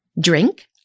Drink